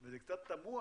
זה קצת תמוה